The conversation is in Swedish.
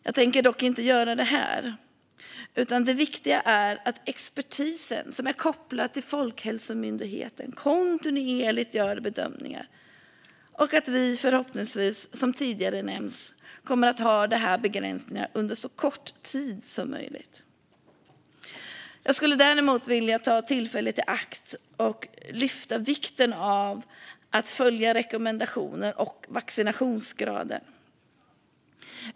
Jag tänker dock inte ha det här. Det viktiga är att den expertis som är kopplad till Folkhälsomyndigheten kontinuerligt gör bedömningar och att vi förhoppningsvis, som tidigare nämnts, kommer att ha dessa begränsningar under så kort tid som möjligt. Jag skulle däremot vilja ta tillfället i akt att lyfta vikten av vaccination och av att man följer rekommendationer.